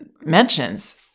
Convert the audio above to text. mentions